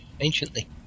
anciently